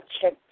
check